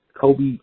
Kobe